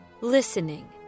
Listening